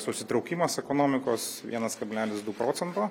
susitraukimas ekonomikos vienas kablelis du procento